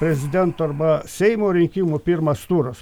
prezidento arba seimo rinkimų pirmas turas